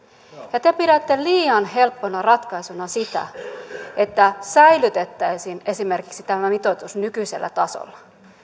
ja te pidätte liian helppona ratkaisuna sitä että säilytettäisiin esimerkiksi tämä mitoitus nykyisellä tasolla